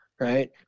Right